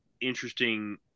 interesting